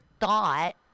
thought